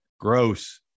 gross